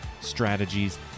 strategies